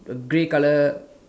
a grey colour